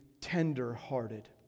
tender-hearted